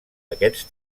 aquests